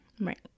right